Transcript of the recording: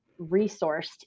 resourced